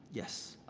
yes.